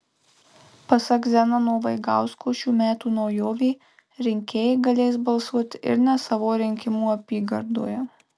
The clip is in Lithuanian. pasak zenono vaigausko šių metų naujovė rinkėjai galės balsuoti ir ne savo rinkimų apygardoje